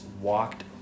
walked